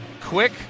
quick